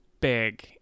big